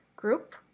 group